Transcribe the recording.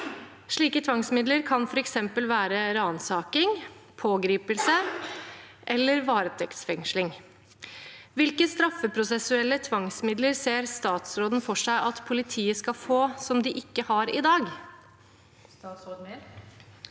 Slike tvangsmidler kan for eksempel være ransaking, pågripelse eller varetektsfengsling. Hvilke straffeprosessuelle tvangsmidler ser statsråden for seg at politiet skal få, som de ikke har i dag?» Statsråd